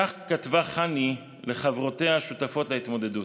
כך כתבה חני לחברותיה השותפות להתמודדות: